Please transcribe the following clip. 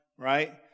right